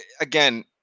again